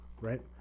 right